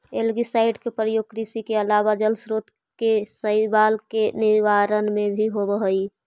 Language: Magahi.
एल्गीसाइड के प्रयोग कृषि के अलावा जलस्रोत के शैवाल के निवारण में भी होवऽ हई